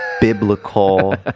biblical